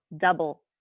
double